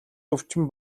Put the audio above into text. өвчин